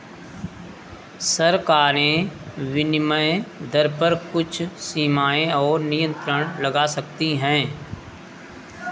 सरकारें विनिमय दर पर कुछ सीमाएँ और नियंत्रण लगा सकती हैं